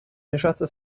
решаться